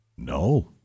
No